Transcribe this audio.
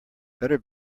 better